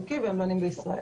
חוקי והם לנים בישראל.